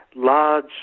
large